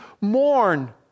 mourn